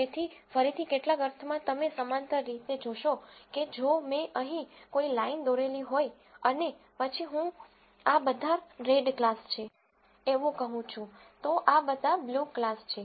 તેથી ફરીથી કેટલાક અર્થમાં તમે સમાંતર રીતે જોશો કે જો મેં અહીં કોઈ લાઈન દોરેલી હોય અને પછી હું આ બધા રેડ ક્લાસ છે એવું કહું છું તો આ બધા બ્લુ ક્લાસ છે